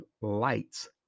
lights